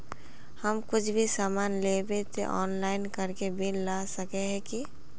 हम कुछ भी सामान लेबे ते ऑनलाइन करके बिल ला सके है की?